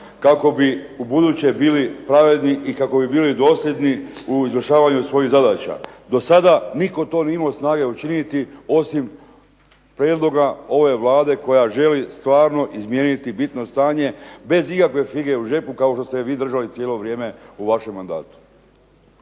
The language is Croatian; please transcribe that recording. kako bi ubuduće bili pravedni i kako bi bili dosljedni u izvršavanju svojih zadaća. Do sada nitko to nije imao snage učiniti, osim prijedloga ove Vlade koja želi stvarno izmijeniti bitno stanje bez ikakve fige u džepu kao što ste je vi držali cijelo vrijeme u vašem mandatu.